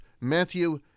Matthew